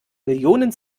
millionen